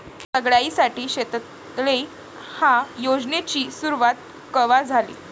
सगळ्याइसाठी शेततळे ह्या योजनेची सुरुवात कवा झाली?